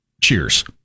cheers